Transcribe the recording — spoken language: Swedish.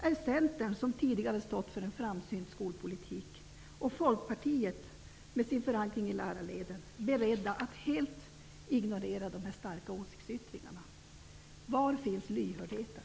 Är Centern, som tidigare stått för en framsynt skolpolitik, och Folkpartiet med sin förankring i lärarleden beredda att helt ignorera dessa starka åsiktsyttringar? Var finns lyhördheten?